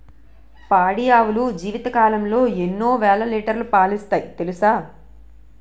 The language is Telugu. పాడి ఆవులు జీవితకాలంలో ఎన్నో వేల లీటర్లు పాలిస్తాయి తెలుసా